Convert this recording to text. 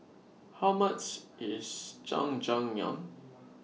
How much IS Jajangmyeon